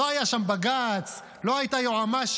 לא היה שם בג"ץ, לא הייתה יועמ"שית.